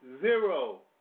zero